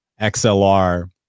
XLR